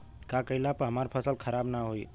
का कइला पर हमार फसल खराब ना होयी?